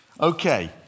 Okay